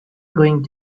going